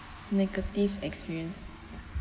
negative experience